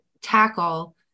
tackle